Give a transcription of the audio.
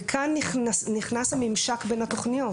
וכאן נכנס הממשק בין התוכניות,